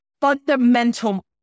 fundamental